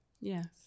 Yes